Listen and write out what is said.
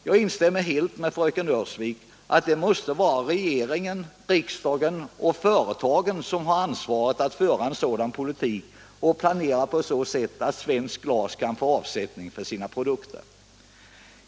Jag instämmer helt med fröken Öhrsvik om att det måste vara regeringen, riksdagen och företagen som har ansvaret för att föra en sådan politik och planera så att svensk glasindustri kan få avsättning för sina produkter.